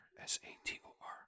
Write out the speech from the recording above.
S-A-T-O-R